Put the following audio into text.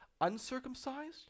uncircumcised